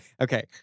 Okay